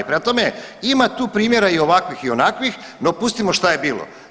Prema tome ima tu primjera i ovakvih i onakvih no pustimo što je bilo.